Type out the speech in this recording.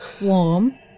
warm